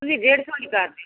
ਜੀ ਡੇਢ ਸੌ ਵਾਲੀ ਕਰ ਦਿਓ